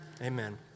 Amen